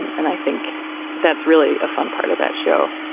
and i think that's really a fun part of that show.